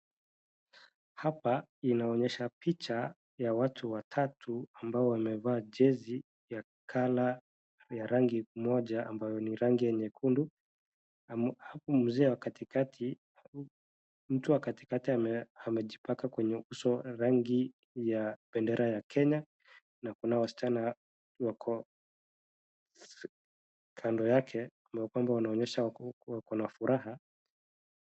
Hapa inaonyesha picha ya watu watatu ambao wamevaa jezi ya colour , ya rangi moja ambayo ni rangi ya nyekundu. Amu, mzee wa katikati, mtu wa katikati ame, amejipaka kwenye uso rangi ya bendera ya Kenya, na kuna wasichana wako kando yake ambao kwamba wanaonyesha wako, wako na furaha.